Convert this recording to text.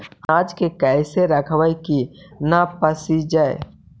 अनाज के कैसे रखबै कि न पसिजै?